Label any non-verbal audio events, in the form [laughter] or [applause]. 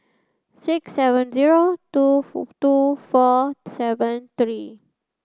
six seven zero two [unintelligible] two four seven three